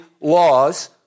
laws